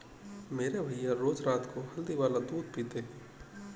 मेरे भैया रोज रात को हल्दी वाला दूध पीते हैं